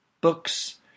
books